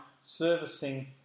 servicing